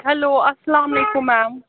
hello اَسلامُ علیکُم میم